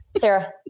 Sarah